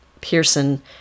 Pearson